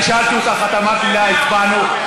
אני שאלתי אותך, את אמרת לי, הצבענו.